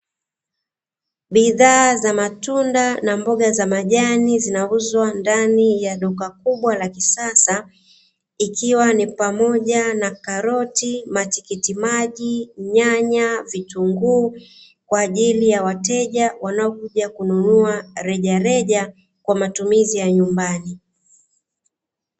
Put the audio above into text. Bidhaa za matunda na mboga za majani zinauzwa ndani ya duka kubwa la kisasa ikiwa ni pamoja na karoti, matikiti maji, nyanya, vitunguu kwa ajili ya wateja wanaokuja kununua rejareja, kwa matumizi ya nyumbani.